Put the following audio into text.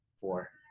four